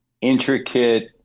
intricate